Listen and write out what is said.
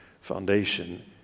foundation